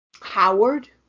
Howard